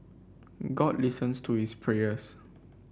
god listens to his prayers